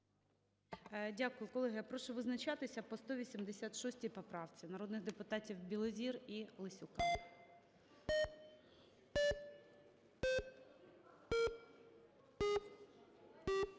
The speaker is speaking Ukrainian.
Дякую, колеги. Прошу визначатися по 186 поправці народних депутатів Білозір і Лесюк.